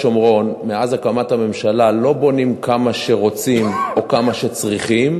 מאז הקמת הממשלה לא בונים ביהודה ושומרון כמה שרוצים או כמה שצריכים,